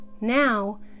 Now